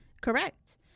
Correct